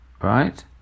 right